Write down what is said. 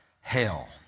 hell